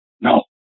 no